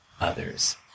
others